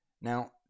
Now